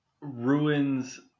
ruins